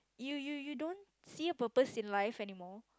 you you you don't see a purpose in life anymore